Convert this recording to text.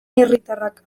herritarrak